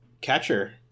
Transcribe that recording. catcher